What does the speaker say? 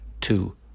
two